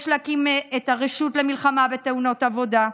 יש להקים את הרשות למלחמה בתאונות עבודה,